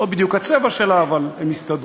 לא בדיוק הצבע שלה, אבל הם יסתדרו.